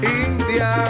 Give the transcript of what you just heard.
india